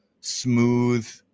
smooth